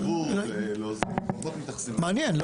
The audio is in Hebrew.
מעניין.